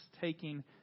taking